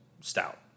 stout